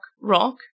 Rock